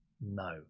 no